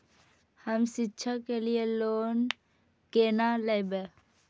हम शिक्षा के लिए लोन केना लैब?